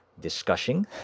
Discussing